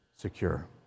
secure